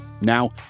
Now